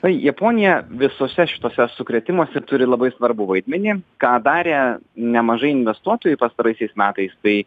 tai japonija visuose šituose sukrėtimuose turi labai svarbų vaidmenį ką darė nemažai investuotojų pastaraisiais metais tai